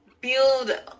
build